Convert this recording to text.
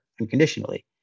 unconditionally